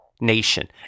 nation